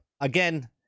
Again